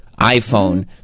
iPhone